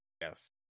Yes